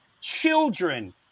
children